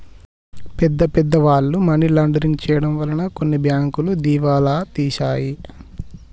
పెద్ద పెద్ద వాళ్ళు మనీ లాండరింగ్ చేయడం వలన కొన్ని బ్యాంకులు దివాలా తీశాయి